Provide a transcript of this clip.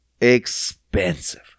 expensive